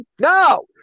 No